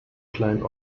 klein